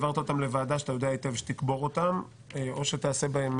העברת אותם לוועדה שאתה יודע היטב שתקבור אותם או שתעשה בהם